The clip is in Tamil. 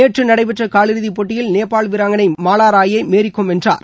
நேற்று நடைபெற்ற காலிறுதிப் போட்டியில் நேபால் வீராங்கணை மாலா ராயை மேரிகோம் வென்றார்